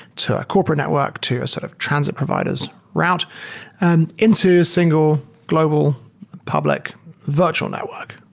to a corporate network, to a sort of transit providers route and into a single global public virtual network,